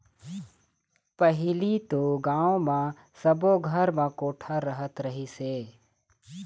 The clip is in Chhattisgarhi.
पहिली तो गाँव म सब्बो घर म कोठा रहत रहिस हे